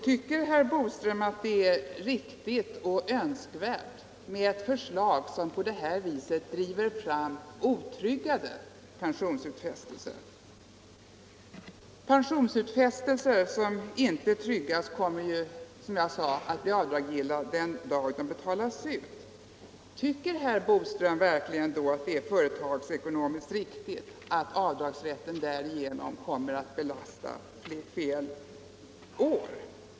Tycker herr Boström att det är riktigt och önskvärt att på det viset driva fram otryggade pensionsutfästelser? Kostnaderna för sådana pensionsutfästelser kommer ju, som jag redan sagt, att bli avdragsgilla den dag pensionerna betalas ut. Tycker herr Boström verkligen att det är företagsekonomiskt riktigt att avdragsrätten därigenom kommer att unyttjas fel år?